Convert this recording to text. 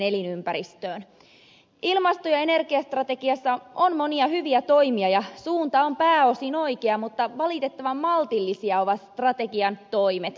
ilmasto ja energiastrategiassa on monia hyviä toimia ja suunta on pääosin oikea mutta valitettavan maltillisia ovat strategian toimet